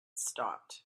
stopped